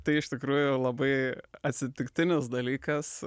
tai iš tikrųjų labai atsitiktinis dalykas